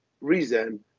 reason